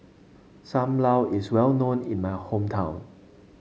Sam Lau is well known in my hometown